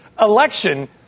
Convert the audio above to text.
election